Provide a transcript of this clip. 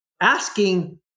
asking